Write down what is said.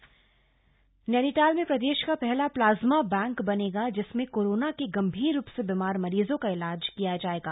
plasma bank Nainital Nainital में प्रदेश का पहला प्लाज्मा बैंक बनेगा जिसमें कोरोना के गंभीर रूप से बीमार मरीजों का इलाज किया जायेगा